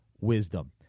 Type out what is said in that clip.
wisdom